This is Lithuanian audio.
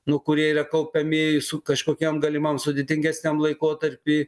nu kurie yra kaupiami su kažkokiam galimam sudėtingesniam laikotarpį